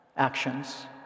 Actions